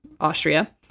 Austria